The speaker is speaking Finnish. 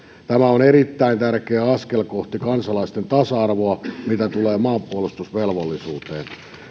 tämä on erittäin tärkeä askel kohti kansalaisten tasa arvoa mitä tulee maanpuolustusvelvollisuuteen